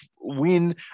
win